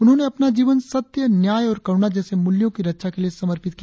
उन्होंने अपना जीवन सत्य न्याय और करुणा जैसे मूल्यों की रक्षा के लिए समर्पित किया